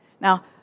Now